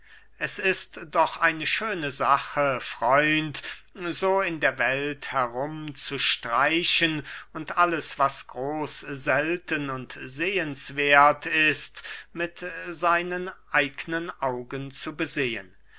es ist doch eine schöne sache freund so in der welt herum zu streichen und alles was groß selten und sehenswerth ist mit seinen eignen augen zu besehen